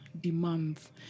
Demands